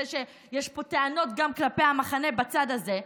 יש פה טענות גם כלפי המחנה בצד הזה,